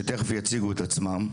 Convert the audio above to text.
שתיכף יציגו את עצמם,